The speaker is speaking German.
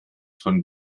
von